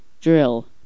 drill